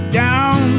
down